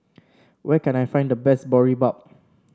where can I find the best Boribap